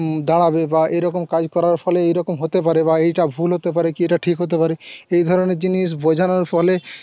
দাঁড়াবে বা এই রকম এবং কাজ করার ফলে এই রকম হতে পারে বা এইটা ভুল হতে পারে কি এইটা ঠিক হতে পারে এই ধরনের জিনিস বোঝানোর ফলে